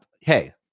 hey